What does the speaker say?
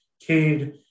Cade